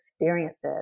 experiences